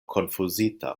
konfuzita